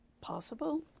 possible